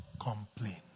Complain